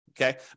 Okay